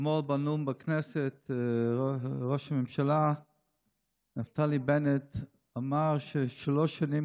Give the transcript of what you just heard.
אתמול בנאום בכנסת אמר ראש הממשלה נפתלי בנט שכבר שלוש שנים